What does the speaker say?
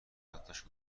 یادداشت